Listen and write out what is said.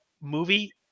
movie